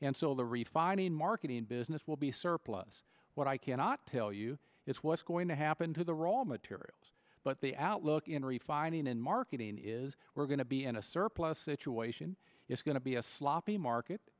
and so the refining marketing business will be surplus what i cannot tell you is what's going to happen to the raw materials but the outlook in refining and marketing is we're going to be in a surplus situation it's going to be a sloppy market